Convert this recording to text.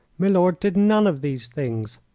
milord did none of these things.